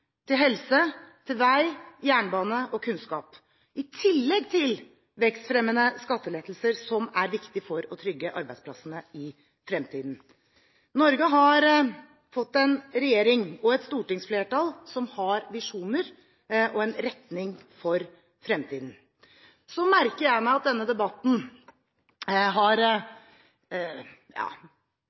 politi, helse, vei, jernbane og kunnskap, i tillegg til vekstfremmende skattelettelser, som er viktig for å trygge arbeidsplassene i fremtiden. Norge har fått en regjering og et stortingsflertall som har visjoner og en retning for fremtiden. Så merker jeg meg at denne debatten har